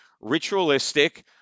ritualistic